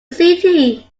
city